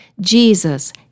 Jesus